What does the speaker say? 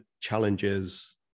challenges